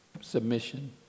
submission